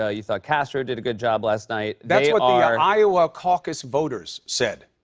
ah you thought castro did a good job last night. that's what the iowa caucus voters said.